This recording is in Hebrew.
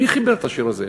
מי חיבר את השיר הזה?